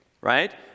right